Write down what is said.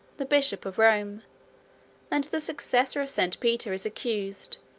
the bishop of rome and the successor of st. peter is accused,